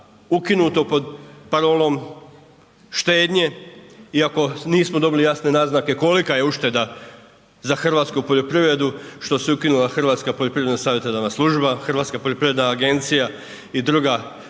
ukinuto pod parolom štednje, iako nismo dobili jasne naznake kolika je ušteda za hrvatsku poljoprivredu što se ukinula Hrvatska poljoprivredna savjetodavna služba, Hrvatska poljoprivredna agencija i druga